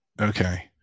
okay